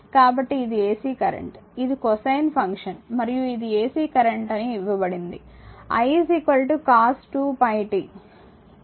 కాబట్టి ఇది AC current ఇది కొసైన్ ఫంక్షన్ మరియు ఇది ఎసి కరెంట్ అని ఇవ్వబడింది i cos2t ఇది ఫంక్షన్ i cos2t